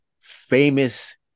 famous